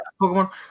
Pokemon